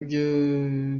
byo